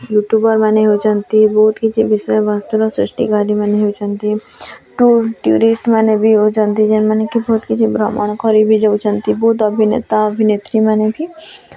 ୟୁଟ୍ୟୁବର୍ମାନେ ହେଉଛନ୍ତି ବହୁତ କିଛି ବିଷୟ ବସ୍ତୁର ସୃଷ୍ଟିକାରିମାନେ ହେଉଛନ୍ତି ଟୁରିଷ୍ଟମାନେ ବି ହେଉଛନ୍ତି ଯେନ୍ମାନେ କି ବହୁତ କିଛି ଭ୍ରମଣ କରି ବି ଯାଉଛନ୍ତି ବହୁତ ଅଭିନେତା ଅଭିନେତ୍ରୀମାନେ ବି